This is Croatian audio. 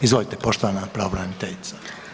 Izvolite poštovana pravobraniteljica.